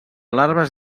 larves